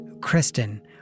Kristen